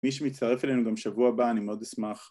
מי שמצטרף אלינו גם שבוע הבא אני מאוד אשמח